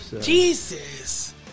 Jesus